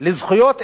לזכויות אזרחיות,